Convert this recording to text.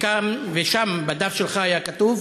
ושם בדף שלך היה כתוב: